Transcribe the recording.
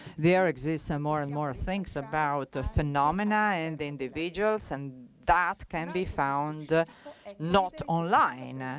there exist more and more things about the phenomena and individuals and that can be found not online,